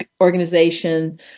organization